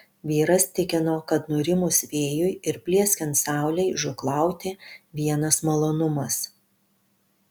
vyras tikino kad nurimus vėjui ir plieskiant saulei žūklauti vienas malonumas